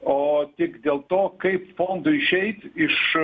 o tik dėl to kaip fondui išeiti iš